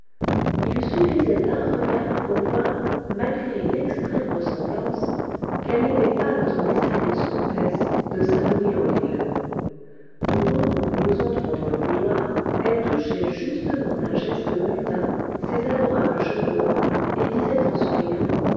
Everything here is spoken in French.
il suffisait d'un regard pour voir malgré l'extrême ressemblance qu'elle n'était pas notre mystérieuse comtesse de saint louis en lile au moment où nous entrons dans le boudoir elle touchait justement d'un geste mutin ses adorables cheveux noirs et disait en souriant